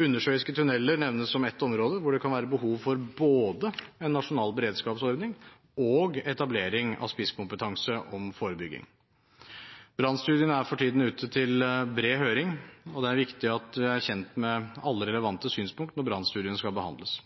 Undersjøiske tunneler nevnes som ett område hvor det kan være behov for både en nasjonal beredskapsordning og etablering av spisskompetanse på forebygging. Brannstudien er for tiden ute til bred høring, og det er viktig at vi er kjent med alle relevante synspunkter når studien skal behandles.